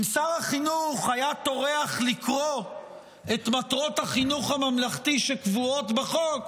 אם שר החינוך היה טורח לקרוא את מטרות החינוך הממלכתי שקבועות בחוק,